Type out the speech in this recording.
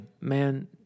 man